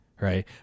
right